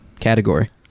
category